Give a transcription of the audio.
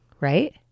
Right